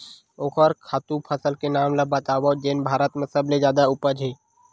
ओखर खातु फसल के नाम ला बतावव जेन भारत मा सबले जादा उपज?